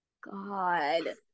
God